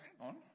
on